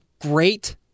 great